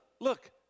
look